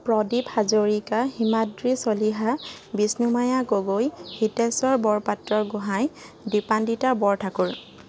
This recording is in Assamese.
প্ৰদীপ হাজৰিকা হিমাদ্ৰী চলিহা বিষ্ণুমায়া গগৈ হিতেশ্বৰ বৰপাত্ৰ গোহাঁই দীপান্ৱিতা বৰঠাকুৰ